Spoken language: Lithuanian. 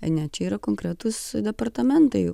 ne čia yra konkretūs departamentai